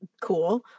cool